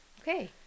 Okay